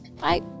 Bye